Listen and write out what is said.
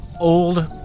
old